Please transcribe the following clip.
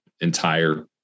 entire